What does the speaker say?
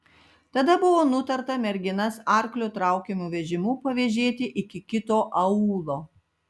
tada buvo nutarta merginas arklio traukiamu vežimu pavėžėti iki kito aūlo